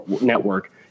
Network